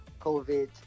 COVID